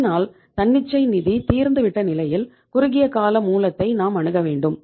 அதனால் தன்னிச்சை நிதி தீர்ந்து விட்ட நிலையில் குறுகியகால மூலத்தை நாம் அணுக வேண்டும்